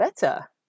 better